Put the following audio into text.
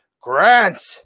Grant